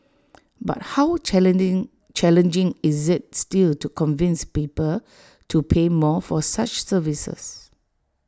but how challenging is IT still to convince people to pay more for such services